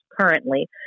currently